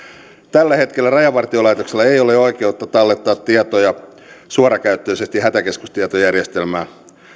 tällä hetkellä rajavartiolaitoksella ei ole oikeutta tallettaa tietoja suorakäyttöisesti hätäkeskustietojärjestelmään